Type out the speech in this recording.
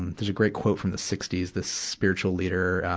and there's a great quote from the sixty s, this spiritual leader, ah,